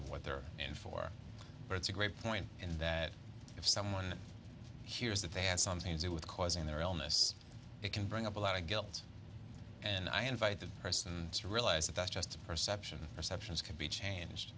of what they're in for but it's a great point and that if someone hears that they had something to do with causing their illness it can bring up a lot of guilt and i invite that person to realize that that's just a perception perceptions can be changed